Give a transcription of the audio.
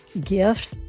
gift